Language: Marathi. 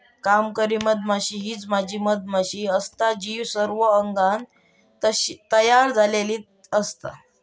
कामकरी मधमाशी हीच मादी मधमाशी असता जी सर्व अंगान तयार झालेली असता